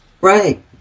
Right